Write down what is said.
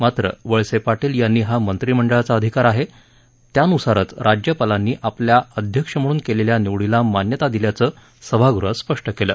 मात्र वळसे पाटील यांनी हा मंत्रिमंडळाचा अधिकार आहे त्यानुसारच राज्यपालांनी आपल्या अध्यक्ष म्हणून केलेल्या निवडीला मान्यता दिल्याचं सभागृहात स्पष्ट केलं